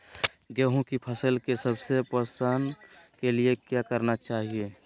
गेंहू की फसल के अच्छे पोषण के लिए क्या करना चाहिए?